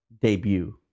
debut